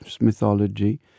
mythology